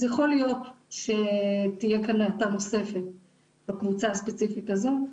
אז יכול להיות שתהיה האטה נוספת בקבוצה הספציפית הזאת.